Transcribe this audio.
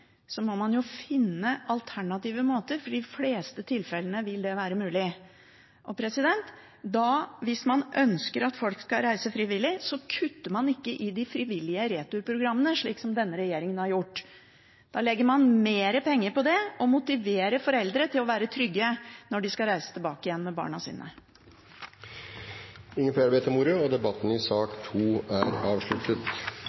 finne alternative måter. For de fleste tilfellene vil det være mulig. Hvis man ønsker at folk skal reise frivillig, kutter man ikke i de frivillige returprogrammene, slik som denne regjeringen har gjort. Da legger man mer penger i det og motiverer foreldre til å være trygge når de skal reise tilbake igjen med barna sine. Flere har ikke bedt om ordet til sak nr. 2. Etter ønske fra kommunal- og